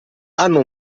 hanno